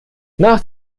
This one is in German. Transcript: nach